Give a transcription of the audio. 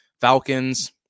Falcons